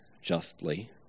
Justly